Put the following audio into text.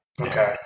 Okay